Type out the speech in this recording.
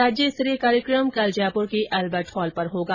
राज्य स्तरीय कार्यक्रम कल जयपुर के अल्बर्ट हॉल पर होगा